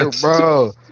bro